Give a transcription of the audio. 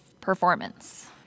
performance